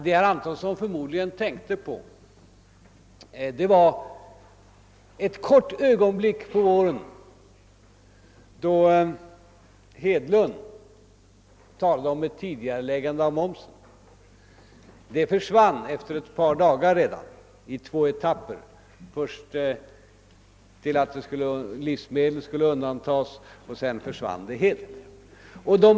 Vad herr Antonsson tänkte på var förmodligen det korta ögonblick under våren då herr Hedlund talade om ett tidigareläggande av momsen. Det kravet försvann efter ett par dagar i två etapper: först sades att livsmedel skulle undantas och sedan försvann det helt och hållet.